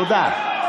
תודה.